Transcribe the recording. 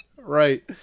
Right